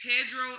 Pedro